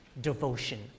devotion